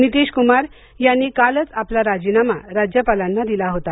नितीशकुमार यांनी कालच आपला राजीनामा राज्यपालांना दिला होता